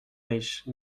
riche